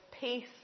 peace